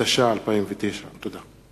התש"ע 2009. תודה.